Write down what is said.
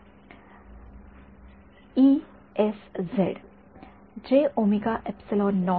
विद्यार्थी E S Z